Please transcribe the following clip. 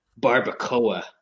barbacoa